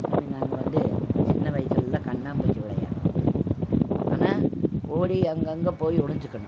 சாமி நாங்கள் வந்து சின்ன வயிசுலெலாம் கண்ணாம்மூச்சி விளையாடுவோம் ஆனால் ஓடி அங்கங்கே போய் ஒழிஞ்சிக்கணும்